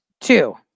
Two